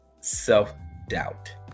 self-doubt